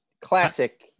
classic